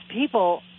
people